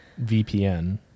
VPN